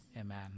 Amen